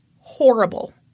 horrible